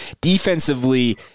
defensively